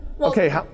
okay